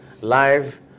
live